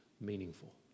meaningful